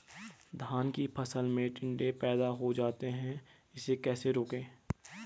धान की फसल में टिड्डे पैदा हो जाते हैं इसे कैसे रोकें?